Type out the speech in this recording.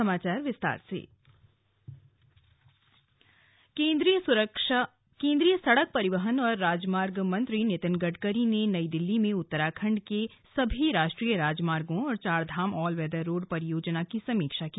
चारधाम राजमार्ग केंद्रीय सड़क परिवहन और राजमार्ग मंत्री नितिन गडकरी ने नई दिल्ली में उत्तराखंड के सभी राष्ट्रीय राजमार्गो और चारधाम ऑलवेदर रोड परियोजना की समीक्षा की